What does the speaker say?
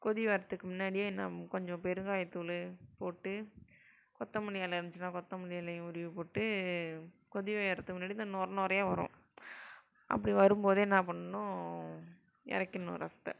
கொதி வர்றத்துக்கு முன்னாடியே என்ன கொஞ்சம் பெருங்காயத்தூள் போட்டு கொத்தமல்லி எலை இருந்துச்சுன்னா கொத்தமல்லி எலைய உருவி போட்டு கொதி வர்றத்துக்கு முன்னாடி இந்த நுரை நுரையா வரும் அப்படி வரும்போதே என்னப் பண்ணுன்னா இறக்கிட்ணும் ரசத்தை